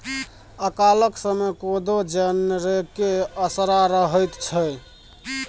अकालक समय कोदो जनरेके असरा रहैत छै